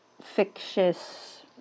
fictitious